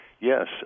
Yes